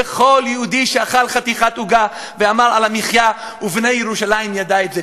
וכל יהודי שאכל חתיכת עוגה ואמר "על המחיה" ו"בונה ירושלים" יודע את זה.